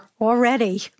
already